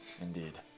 Indeed